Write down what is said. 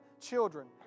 Children